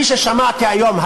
כפי ששמעתי היום,